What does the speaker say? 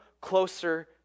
closer